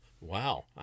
Wow